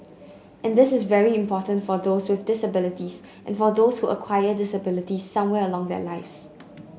and this is very important for those with disabilities and for those who acquire disabilities somewhere along their lives